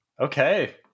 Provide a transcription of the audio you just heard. okay